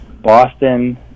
Boston